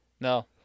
No